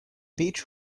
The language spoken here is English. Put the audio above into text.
beech